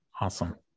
Awesome